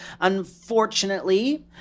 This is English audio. Unfortunately